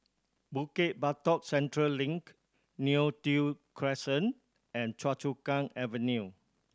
Bukit Batok Central Link Neo Tiew Crescent and Choa Chu Kang Avenue